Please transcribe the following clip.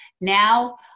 now